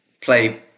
play